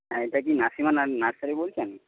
হ্যাঁ এটা কি নাসিমা নার্সারি বলছেন